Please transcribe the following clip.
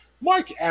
Mark